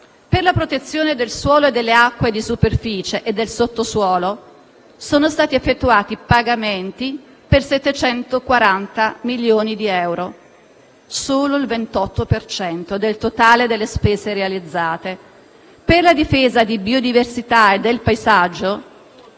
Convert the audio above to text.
per la protezione del suolo e delle acque di superficie e del sottosuolo sono stati effettuati pagamenti per 740 milioni di euro: solo il 28 per cento del totale delle spese realizzate. Per la difesa della biodiversità e del paesaggio